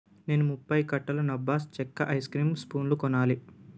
నేను ముప్పై కట్టలు నబ్బాస్ చెక్క ఐస్ క్రీం స్పూన్లు కొనాలి